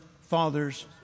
fathers